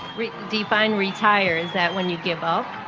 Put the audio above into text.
define retired, is that when you give up?